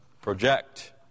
project